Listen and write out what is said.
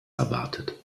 erwartet